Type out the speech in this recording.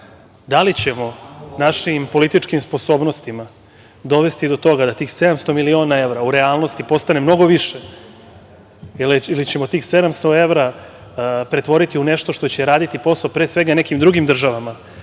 li ćemo našim političkim sposobnostima dovesti do toga da tih 700.000.000 evra u realnosti postane mnogo više ili ćemo tih 700 evra pretvoriti u nešto što će raditi posao, pre svega nekim drugim državama,